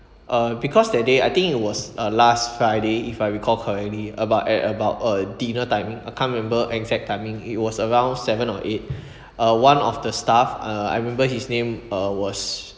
uh because that day I think it was uh last friday if I recall correctly about at about uh dinner timing I can't remember exact timing it was around seven or eight uh one of the staff uh I remember his name uh was